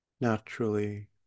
naturally